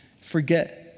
forget